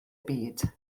byd